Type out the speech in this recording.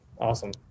Awesome